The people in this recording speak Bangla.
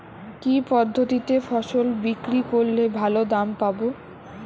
কি পদ্ধতিতে ফসল বিক্রি করলে ভালো দাম পাব?